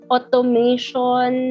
Automation